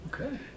okay